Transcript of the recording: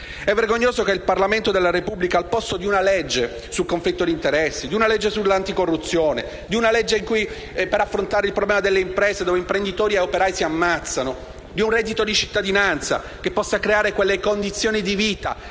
È vergognoso che il Parlamento della Repubblica, al posto di una legge sul conflitto di interessi, di una legge sull'anticorruzione, di una legge per affrontare il problema delle imprese, dove gli imprenditori e gli operai si ammazzano, di un reddito di cittadinanza, che possa creare quelle condizioni di vita